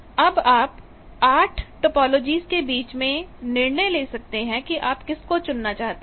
अब आप 8टोपोलोजिज़ के बीच में निर्णय ले सकते हैं कि आप किसको चुनना चाहते हैं